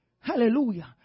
Hallelujah